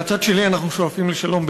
מהצד שלי אנחנו שואפים לשלום,